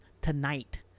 tonight